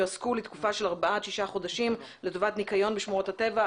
יועסקו לטובת תקופה של ארבעה עד שישה חודשים לטובת ניקיון בשמורות הטבע,